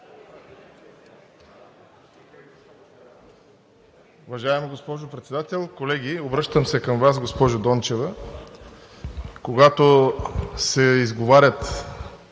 Уважаема госпожо Председател, колеги! Обръщам се към Вас, госпожо Дончева, когато се изговарят